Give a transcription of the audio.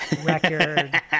record